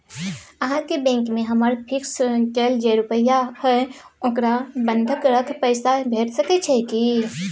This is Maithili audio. अहाँके बैंक में हमर फिक्स कैल जे रुपिया हय ओकरा बंधक रख पैसा भेट सकै छै कि?